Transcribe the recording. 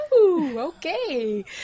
okay